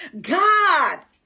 God